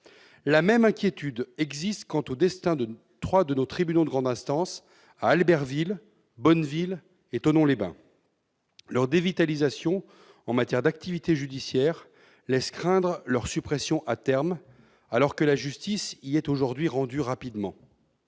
La même inquiétude existe quant au destin de trois de nos tribunaux de grande instance, ceux d'Albertville, de Bonneville et de Thonon-les-Bains. Leur dévitalisation en matière d'activité judiciaire laisse craindre leur suppression à terme, alors que la justice y est aujourd'hui rendue rapidement.